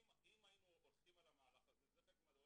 אם היינו הולכים על המהלך הזה זה חלק מהדברים